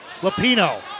Lapino